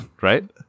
right